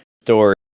story